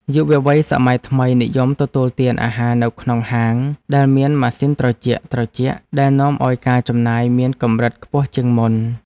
យុវវ័យសម័យថ្មីនិយមទទួលទានអាហារនៅក្នុងហាងដែលមានម៉ាស៊ីនត្រជាក់ៗដែលនាំឱ្យការចំណាយមានកម្រិតខ្ពស់ជាងមុន។